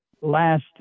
last